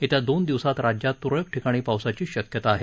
येत्या दोन दिवसात राज्यात तुरळक ठिकाणी पावसाची शक्यता आहे